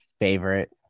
favorite